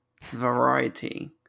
Variety